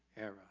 era